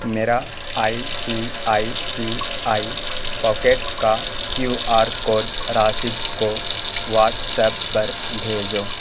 میرا I C I C I Pockets کا Q R code Rashid کو واٹسایپ پر بھیجو